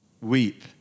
weep